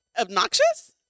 obnoxious